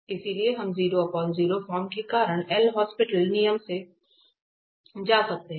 इसलिए हम फॉर्म के कारण L Hospital नियम से जा सकते हैं